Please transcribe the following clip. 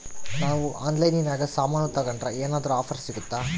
ನಾವು ಆನ್ಲೈನಿನಾಗ ಸಾಮಾನು ತಗಂಡ್ರ ಏನಾದ್ರೂ ಆಫರ್ ಸಿಗುತ್ತಾ?